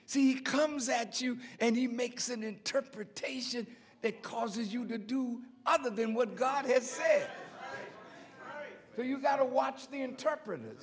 she comes at you and he makes an interpretation that causes you to do other than what god has said so you've got to watch the interpreter